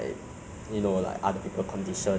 think this is one thing that ah